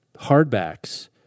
hardbacks